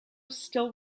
still